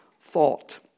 thought